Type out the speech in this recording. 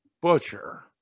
butcher